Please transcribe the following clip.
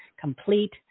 complete